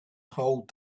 hold